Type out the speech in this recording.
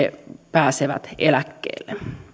pääsevät eläkkeelle